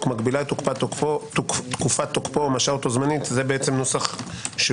או מגבילה את תקופת תוקפו או משהה אותו זמנית זה נוסח שלנו,